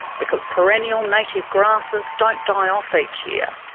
because perennial native grasses don't die off each year,